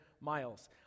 miles